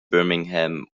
birmingham